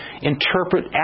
interpret